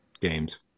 games